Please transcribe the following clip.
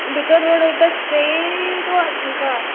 भितर रोड वयता तेशें स्ट्रेट वोच मुखार